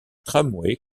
tramways